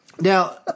Now